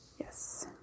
Yes